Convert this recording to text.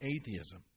atheism